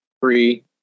Three